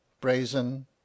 brazen